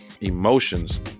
emotions